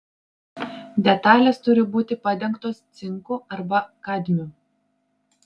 detalės turi būti padengtos cinku arba kadmiu